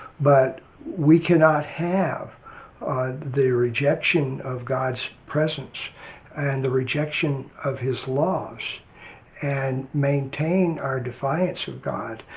but we cannot have the rejection of god's presence and the rejection of his laws and maintain our defiance of god.